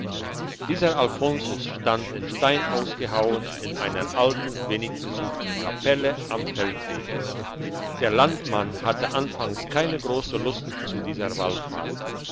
dieser alfonsus stand in stein ausgehauen in einer alten wenig besuchten kapelle am feldweg der landmann hatte anfangs keine grosse lust zu dieser wallfahrt